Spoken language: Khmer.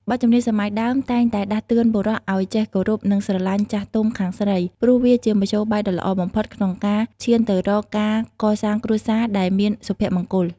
បទចម្រៀងសម័យដើមតែងតែដាស់តឿនបុរសឱ្យចេះគោរព និងស្រឡាញ់ចាស់ទុំខាងស្រី ព្រោះវាជាមធ្យោបាយដ៏ល្អបំផុតក្នុងការឈានទៅរកការកសាងគ្រួសារដែលមានសុភមង្គល។